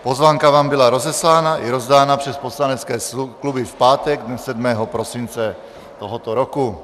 Pozvánka vám byla rozeslána i rozdána přes poslanecké kluby v pátek dne 7. prosince tohoto roku.